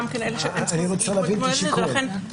פה -- אני רוצה להבין את השיקולים: